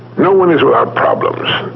no one is without problems,